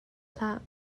hlah